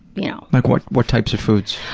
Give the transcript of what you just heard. you know. like what what types of foods?